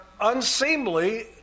unseemly